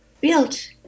built